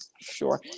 Sure